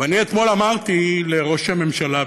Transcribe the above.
ואני אתמול אמרתי לראש הממשלה,